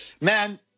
man